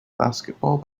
basketball